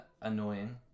annoying